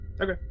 Okay